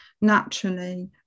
naturally